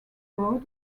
road